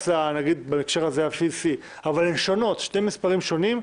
בהקשר הזה ה-VC, אבל הן שונות, שני מספרים שונים,